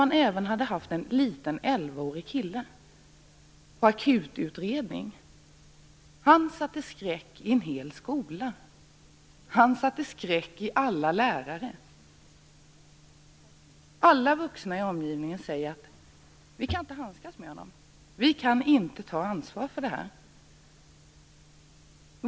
Man hade haft en liten 11-årig kille på akututredning. Han satte skräck i en hel skola. Han satte skräck i alla lärare. Alla vuxna i omgivningen säger: Vi kan inte handskas med honom. Vi kan inte ta ansvar för det här.